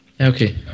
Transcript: Okay